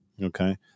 Okay